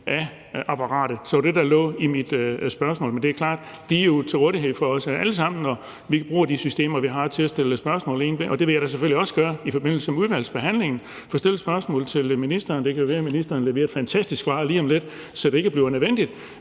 af apparatet. Det var det, der lå i mit spørgsmål. Men det er klart, at styrelser jo er til rådighed for os alle sammen, og vi bruger de systemer, vi har, til at stille spørgsmål i. Det vil jeg da selvfølgelig også gøre i forbindelse med udvalgsbehandlingen, altså at få stillet spørgsmål til ministeren. Det kan være, ministeren leverer et fantastisk svar lige om lidt, så det ikke bliver nødvendigt,